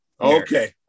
Okay